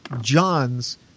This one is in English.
Johns